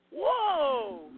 Whoa